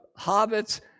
hobbits